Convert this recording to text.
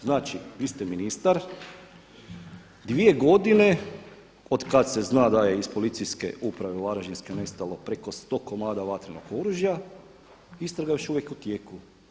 Znači, isti ministar dvije godine od kad se zna da je iz Policijske uprave varaždinske nestalo preko 100 komada vatrenog oružja, istraga je još uvijek u tijeku.